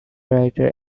writer